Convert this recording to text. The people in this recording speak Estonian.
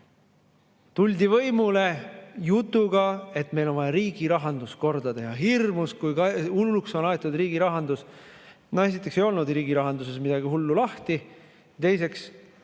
halvemaks. Tuldi võimule jutuga, et meil on vaja riigirahandus korda teha. "Hirmus, kui hulluks on aetud riigirahandus!" Esiteks ei olnud riigirahanduses midagi hullu lahti, teiseks,